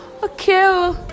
Okay